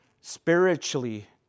spiritually